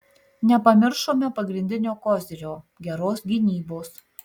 nepamiršome pagrindinio kozirio geros gynybos